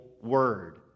word